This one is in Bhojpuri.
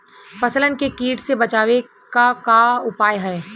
फसलन के कीट से बचावे क का उपाय है?